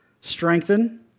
strengthen